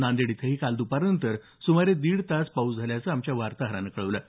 नांदेड इथंही काल द्पारनंतर सुमारे दीड तास जोरदार पाऊस झाल्याचं आमच्या वार्ताहरानं कळवलं आहे